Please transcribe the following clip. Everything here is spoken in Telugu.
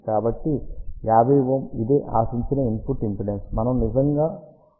కాబట్టి 50𝝮 ఇదే ఆశించిన ఇన్పుట్ ఇంపిడెన్స్మనము నిజంగా విలువ కనుగొన్నాము